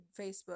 Facebook